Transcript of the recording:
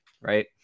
right